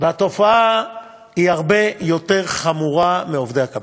והתופעה היא הרבה יותר חמורה לעובדי הקבלן.